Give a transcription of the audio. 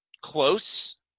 close